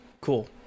cool